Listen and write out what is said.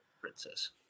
princess